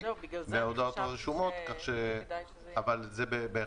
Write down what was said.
בהודעות הרשומות -- בגלל זה חשבתי שכדאי שזה יהיה ככה.